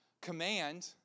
command